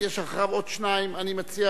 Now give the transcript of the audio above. יש אחריו עוד שניים, אני מציע